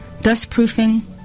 Dust-proofing